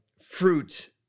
fruit